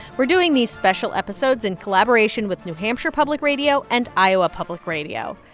we're doing these special episodes in collaboration with new hampshire public radio and iowa public radio.